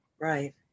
Right